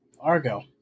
Argo